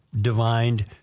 divined